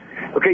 Okay